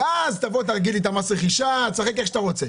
אתה תגדיל את מס הרכישה, ותשחק איך שאתה רוצה.